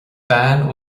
bean